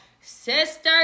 Sisters